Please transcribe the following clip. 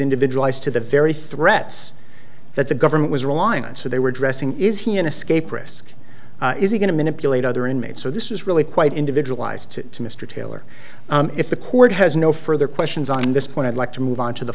individualized to the very threats that the government was relying on so they were dressing is he an escape risk is he going to manipulate other inmates so this is really quite individualized to mr taylor if the court has no further questions on this point i'd like to move on to the